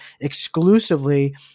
exclusively